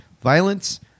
violence